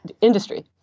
industry